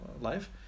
life